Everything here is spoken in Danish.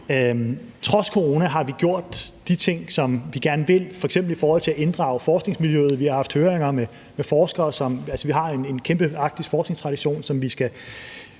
trods corona har gjort de ting, som vi gerne vil, f.eks. i forhold til at inddrage forskningsmiljøet. Vi har haft høringer med forskere, for vi har en kæmpe arktisk forskningstradition, som vi skal